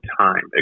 time